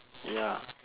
ya